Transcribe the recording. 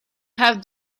have